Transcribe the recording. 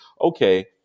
okay